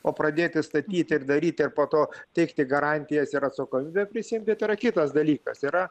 o pradėti statyti ir daryti ir po to teikti garantijas ir atsakomybę prisiimti tai yra kitas dalykas yra